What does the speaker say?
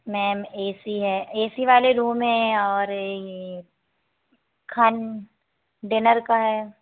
ma'am A C है A C वाले room है और यह खान डिनर का है